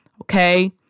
okay